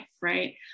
right